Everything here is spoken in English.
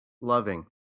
Loving